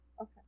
okay